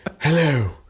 Hello